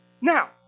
Now